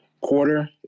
quarter